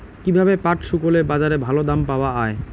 কীভাবে পাট শুকোলে বাজারে ভালো দাম পাওয়া য়ায়?